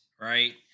right